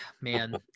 man